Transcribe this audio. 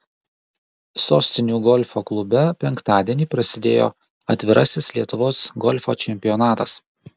sostinių golfo klube penktadienį prasidėjo atvirasis lietuvos golfo čempionatas